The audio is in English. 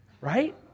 Right